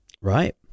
right